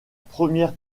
première